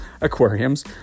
aquariums